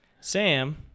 Sam